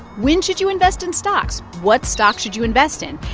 when should you invest in stocks? what stocks should you invest in?